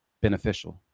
beneficial